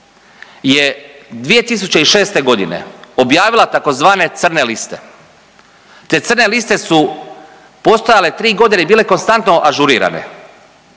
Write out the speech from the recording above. je 2006. g. objavila tzv. crne liste. Te crne liste su postojale 3 godine i bile konstantno ažurirane